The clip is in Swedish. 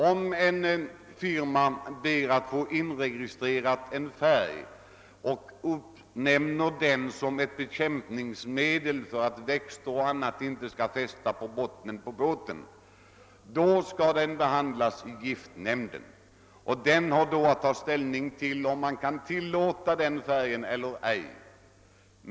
Om en firma ber att få inregistrera en båtfärg och betecknar den som ett bekämpningsmedel mot växter och annat som kan fästa på båtens botten, då skall frågan behandlas i giftnämnden, som har att ta ställning till om man kan tillåta användandet av färgen eller icke.